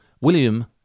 William